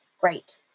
great